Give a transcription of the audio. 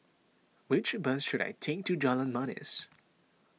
which bus should I take to Jalan Manis